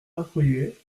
accoyer